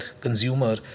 consumer